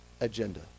agenda